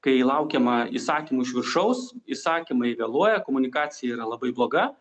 kai laukiama įsakymų iš viršaus įsakymai vėluoja komunikacija yra labai bloga